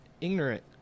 ignorant